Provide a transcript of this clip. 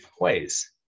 ways